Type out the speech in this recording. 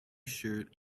shirt